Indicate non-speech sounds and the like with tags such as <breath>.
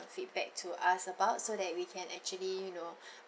feedback to us about so that we can actually you know <breath>